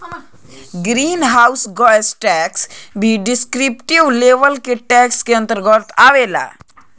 green house gas tax भी descriptive level के tax के अंतर्गत आवेला